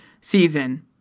season